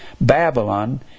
Babylon